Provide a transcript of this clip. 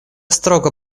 строго